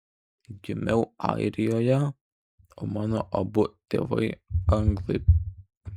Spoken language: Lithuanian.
gimiau airijoje o mano abu tėvai anglai